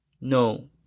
No